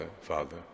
father